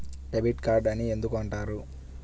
Debit card అని ఎందుకు అంటారు?